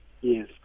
yes